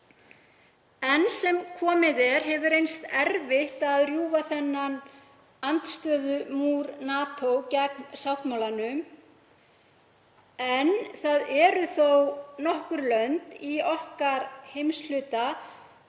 Enn sem komið er hefur reynst erfitt að rjúfa þennan andstöðumúr NATO gegn sáttmálanum. Þó eru nokkur lönd í heimshluta okkar